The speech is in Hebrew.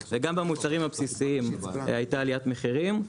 וגם במוצרים הבסיסיים הייתה עליית מחירים.